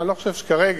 ואני לא חושב שצריך כרגע,